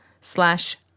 slash